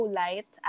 light